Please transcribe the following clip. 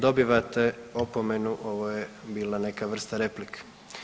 Dobivate opomenu, ovo je bila neka vrsta replike.